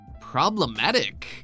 problematic